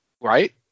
Right